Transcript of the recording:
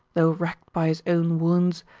though racked by his own wounds,